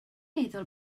meddwl